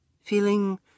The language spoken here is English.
Feeling